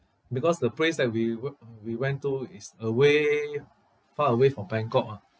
because the place that we we~ we went to is away far away from bangkok mah